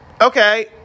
Okay